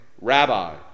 Rabbi